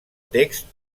text